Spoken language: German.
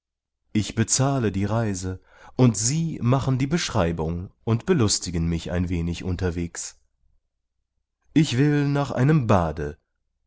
ich bezahle die reise und sie machen die beschreibung und belustigen mich ein wenig unterwegs ich will nach einem bade